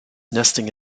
nesting